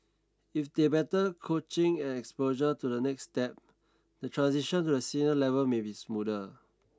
if they have better coaching and exposure to the next step the transition to the senior level may be smoother